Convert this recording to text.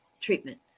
treatment